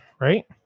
right